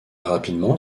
rapidement